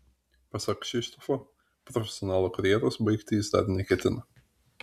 pasak kšištofo profesionalo karjeros baigti jis dar neketina